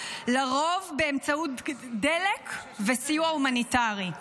לרוב באמצעות דלק וסיוע הומניטרי.